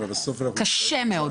קשה מאוד.